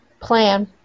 plan